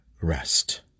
rest